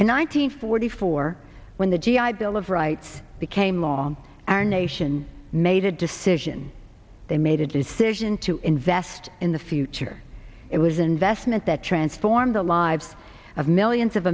and nine hundred forty four or when the g i bill of rights became law our nation made a decision they made a decision to invest in the future it was an investment that transform the lives of millions of